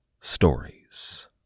stories